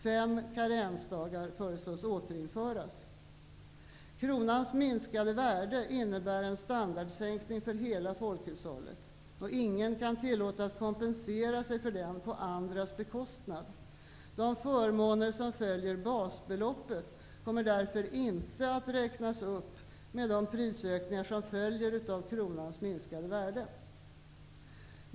Fem karensdagar föreslås återinföras. Kronans minskade värde innebär en standardsänkning för hela folkhushållet, och ingen kan tillåtas kompensera sig för den på andras bekostnad. De förmåner som följer basbeloppet kommer därför inte att räknas upp med de prisökningar som följer av kronans minskade värde.